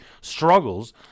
struggles